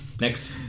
Next